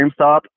GameStop